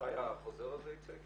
החוזר הזה ייצא?